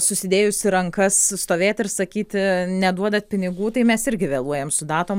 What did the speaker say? susidėjusi rankas stovėti ir sakyti neduodat pinigų tai mes irgi vėluojam su datom